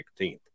16th